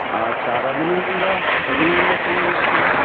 আচ্ছা আর রজনীগন্ধা রজনীগন্ধার চেইনগুলো কত করে